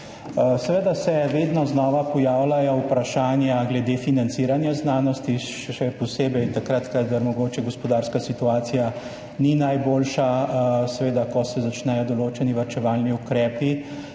Seveda se vedno znova pojavljajo vprašanja glede financiranja znanosti, še posebej takrat, kadar mogoče gospodarska situacija ni najboljša. Seveda, ko se začnejo določeni varčevalni ukrepi,